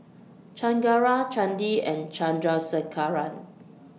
Chengara Chandi and Chandrasekaran